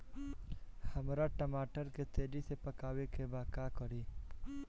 हमरा टमाटर के तेजी से पकावे के बा का करि?